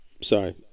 Sorry